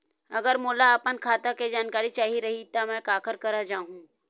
अगर मोला अपन खाता के जानकारी चाही रहि त मैं काखर करा जाहु?